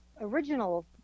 original